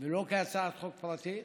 ולא כהצעת חוק פרטית.